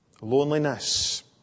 Loneliness